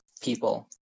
people